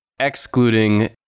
Excluding